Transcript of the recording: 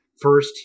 first